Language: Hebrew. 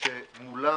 שמולה